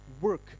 work